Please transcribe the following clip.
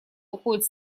уходит